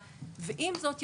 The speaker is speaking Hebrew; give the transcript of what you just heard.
התשובה.